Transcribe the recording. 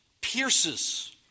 pierces